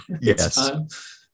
yes